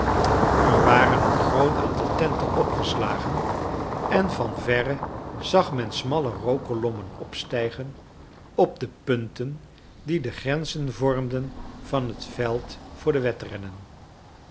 er waren een groot aantal tenten opgeslagen en van verre zag men smalle rookkolommen opstijgen op de punten die de grenzen vormden van het veld voor de wedrennen